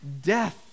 death